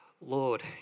Lord